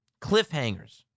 Cliffhangers